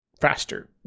faster